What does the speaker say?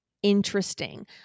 interesting